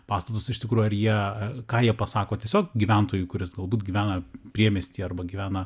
pastatus iš tikrųjų ar jie ką jie pasako tiesiog gyventojui kuris galbūt gyvena priemiestyje arba gyvena